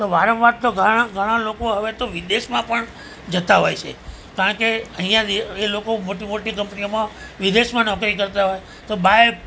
તો વારંવાર તો ઘણા લોકો હવે તો વિદેશમાં પણ જતા હોય છે કારણ કે અહીંયાં એ લોકો મોટી મોટી કંપનીઓમાં વિદેશમાં નોકરી કરતા હોય